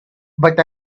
but